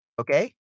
Okay